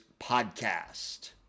podcast